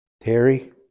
Terry